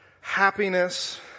happiness